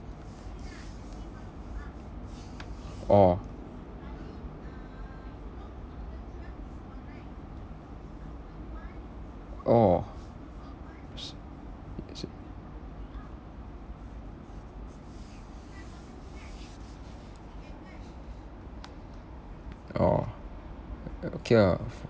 orh orh sh~ s~ orh o~ okay ah